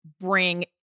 bring